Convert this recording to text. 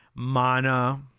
Mana